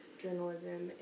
journalism